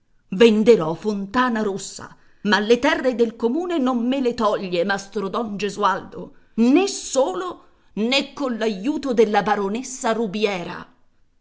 lui venderò fontanarossa ma le terre del comune non me le toglie mastro don gesualdo né solo né coll'aiuto della baronessa rubiera